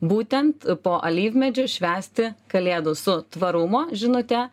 būtent po alyvmedžiu švęsti kalėdų su tvarumo žinute